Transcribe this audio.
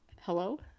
Hello